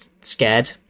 scared